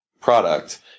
product